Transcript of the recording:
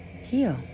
Heal